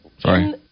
sorry